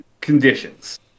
conditions